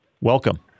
Welcome